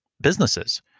businesses